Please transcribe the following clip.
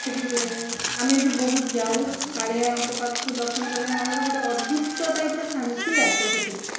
ସେଠି ଆମେ ବି ବହୁତ ଯାଉ କାଳିଆଙ୍କ ପାଖକୁ ଦର୍ଶନ କଲେ ମନର ଗୋଟେ ଅଦ୍ଭୁତ ଟାଇପ୍ର ଶାନ୍ତି ଆସେ ସେଠି